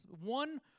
one